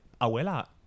Abuela